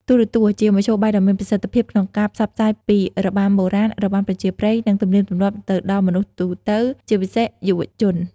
ទូរទស្សន៍ជាមធ្យោបាយដ៏មានប្រសិទ្ធភាពក្នុងការផ្សព្វផ្សាយពីរបាំបុរាណ របាំប្រជាប្រិយ និងទំនៀមទម្លាប់ទៅដល់មនុស្សទូទៅ ជាពិសេសយុវជន។